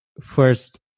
first